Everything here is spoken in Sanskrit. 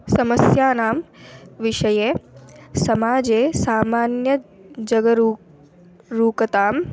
समस्यानां विषये समाजे सामान्यजगरूक् रूकतां